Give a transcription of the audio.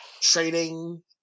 trading